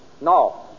No